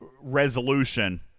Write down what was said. resolution